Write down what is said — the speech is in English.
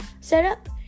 setup